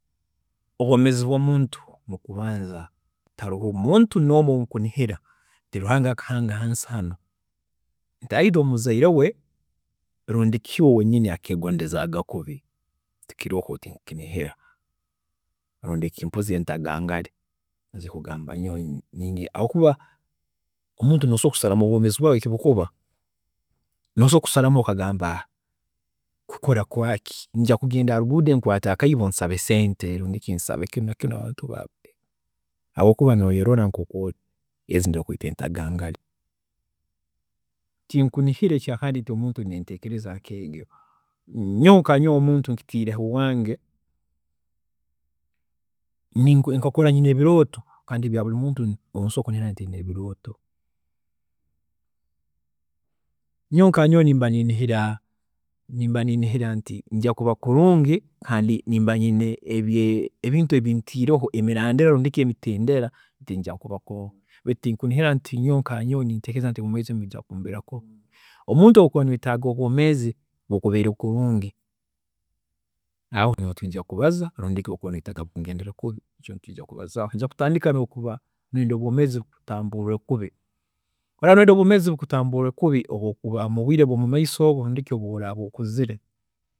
﻿Obwoomeezi bw'omuntu okubanza tiharoho omuntu noomu owunkunihira nti Ruhanga akahanga hansi hanu nti either omuzaire we rundi ki we wenyini akeegoondezaaga kubi tikiroho tinkukinihira rundi ki mpozi entagaangari nizo zikugamba nti nyowe, ninyenda habwookuba omuntu osobola kusalaho obwoomeezi bwaawe eki bukuba, nosobola kusalamu okagamba nti kukora kwaaki, njya kugenda haruguudo nkwaate akaibo nsabe sente, rundi ki nsabe kinu nakiri habwookuba noyerola nkoku ori, ezi nizo bakweeta entagaangari, tinkunihira ekyaakandi nti omuntu ayine enteekereza nkeegyo, nyowe nkanyowe omuntu nkitiireho owange, nika nkakura nyine ebirooto kandi ebya buri muntu owu nsobola kunihira nti ayine ebirooto. Nyowe nkanyowe nimba niinihira nimba niinihira nti njya kuba kulungi kandi nimba nyine ebintu ebinkuba ntiireho emirandira rundi ki emiteendera nti njya kuba kulungi, baitu tinkunihira nyowe nka nyowe ninteekereza nti nyowe nkanyowe ninjya kuba kubi, omuntu obu okuba noyetaaga nti obwoomeezi bukubeere kulungi, aho niho tukwiija kubaza rundi ki obu okuba noyetaaga bukugendere kubi noija kutandika kuba noyenda obwoomeezi bukutaambuurre kubi oraaba noyenda obwoomeezi bukutaambuurre kubi mubwiire bwomumaiso rundi ki obu oraaba okuzire